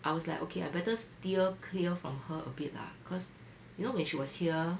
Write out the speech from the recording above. I was like okay lah better steer clear from her a bit lah cause you know when she was here